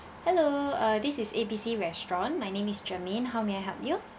hello uh this is A B C restaurant my name is germaine how may I help you